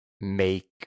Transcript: make